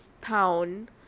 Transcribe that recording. Town